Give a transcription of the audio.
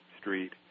street